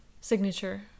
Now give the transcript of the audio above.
signature